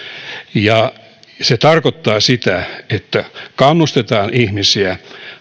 se tarkoittaa sitä että kannustetaan ihmisiä